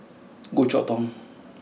Goh Chok Tong